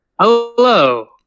Hello